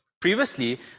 Previously